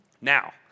Now